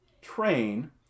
train